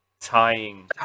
tying